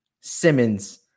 Simmons